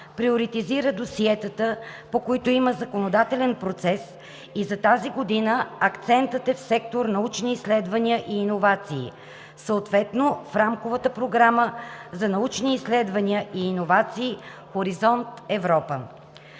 приоритизира досиетата, по които има законодателен процес, и за тази година акцентът е в сектор „Научни изследвания и иновации“, съответно в Рамковата програма за научни изследвания и иновации „Хоризонт Европа“.